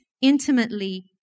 intimately